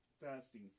fasting